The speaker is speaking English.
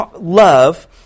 love